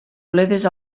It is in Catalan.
bledes